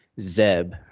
Zeb